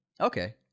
Okay